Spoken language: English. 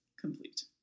complete